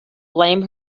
blame